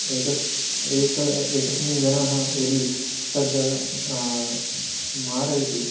एकः एकः एकस्मिन् जनाः यदि तद् मारयति